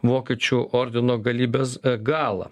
vokiečių ordino galybės galą